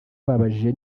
babajije